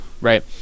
right